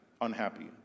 unhappy